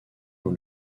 dans